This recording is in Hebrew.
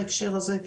בהקשר הזה,